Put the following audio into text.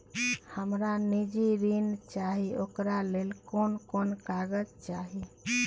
हमरा निजी ऋण चाही ओकरा ले कोन कोन कागजात चाही?